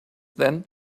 then